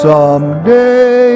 Someday